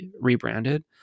rebranded